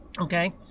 Okay